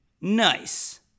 nice